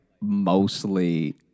mostly